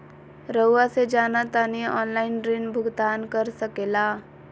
रहुआ से जाना तानी ऑनलाइन ऋण भुगतान कर सके ला?